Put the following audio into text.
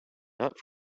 not